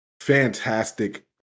fantastic